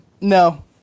No